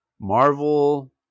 Marvel